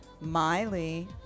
Miley